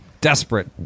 desperate